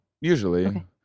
usually